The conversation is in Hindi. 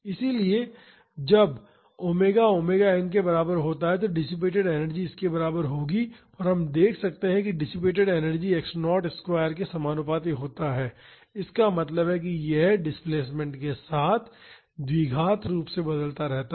इसलिए जब ओमेगा ओमेगा एन के बराबर होता है तो डिसिपेटड एनर्जी इसके बराबर होगी और हम देख सकते हैं कि डिसिपेटड एनर्जी x0 स्क्वायर के समानुपाती होता है इसका मतलब है यह डिस्प्लेसमेंट के साथ द्विघात रूप से बदलता रहता है